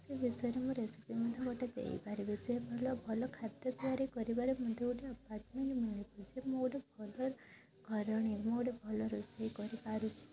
ସେ ବିଷୟରେ ମୁଁ ରେସିପି ମଧ୍ୟ ଗୋଟେ ଦେଇ ପାରିବି ସେ ଭଲ ଭଲ ଖାଦ୍ୟ ତିଆରି କରିବାରେ ମଧ୍ୟ ଗୋଟେ ଆପାର୍ଟ୍ମେଣ୍ଟ୍ ମିଳିଛି ସେ ମୋଠୁ ଭଲ ଘରଣୀ ମୁଁ ଗୋଟେ ଭଲ ରୋଷେଇ କରି ପାରୁଛି